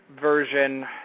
version